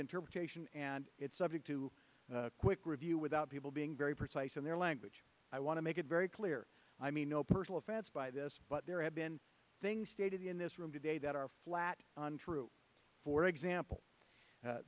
interpretation and it's subject to quick review without people being very precise in their language i want to make it very clear i mean no personal offense by this but there have been things stated in this room today that are flat on true for example